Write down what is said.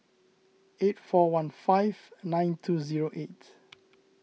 eight four one five nine two zero eight